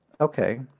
okay